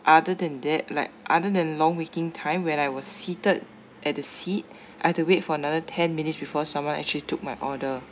other than that like other than long waiting time when I was seated at the seat I have wait for another ten minutes before someone actually took my order